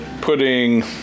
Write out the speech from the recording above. putting